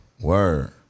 word